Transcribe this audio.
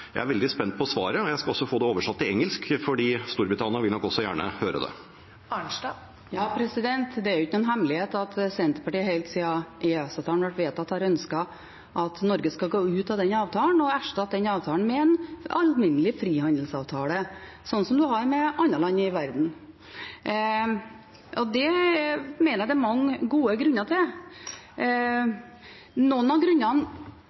Jeg er veldig spent på svaret, og jeg skal også få det oversatt til engelsk, for Storbritannia vil nok også gjerne høre det. Det er ikke noen hemmelighet at Senterpartiet helt siden EØS-avtalen ble vedtatt, har ønsket at Norge skal gå ut av den og erstatte den med en alminnelig frihandelsavtale – slik man har med andre land i verden. Det mener jeg det er mange gode grunner til. Noen av grunnene